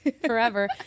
forever